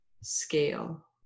scale